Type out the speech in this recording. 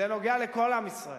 זה נוגע לכל עם ישראל,